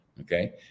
okay